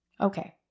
Okay